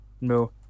No